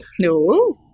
No